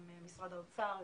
משרד האוצר,